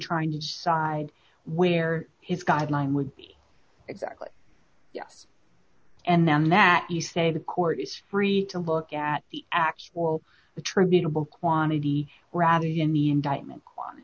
trying to decide where his guideline would be exactly yes and then that you say the court is free to look at the actual attributable quantity rather than the indictment